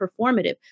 performative